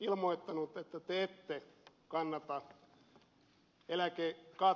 ilmoittanut että te ette kannata eläkekattoa